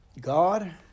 God